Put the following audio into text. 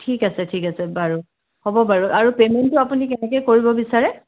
ঠিক আছে ঠিক আছে বাৰু হ'ব বাৰু আৰু পে'ইমেণ্টটো আপুনি কেনেকৈ কৰিব বিচাৰে